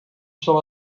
some